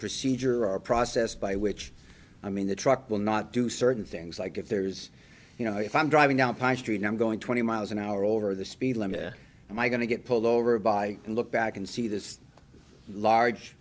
procedure our process by which i mean the truck will not do certain things like if there's you know if i'm driving out by st i'm going twenty miles an hour over the speed limit and i'm going to get pulled over by and look back and see this large